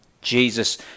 Jesus